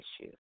issue